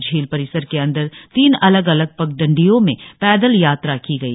झील परिसर के अंदर तीन अलग अलग पगंडडियो मे पेदल यात्रा की गई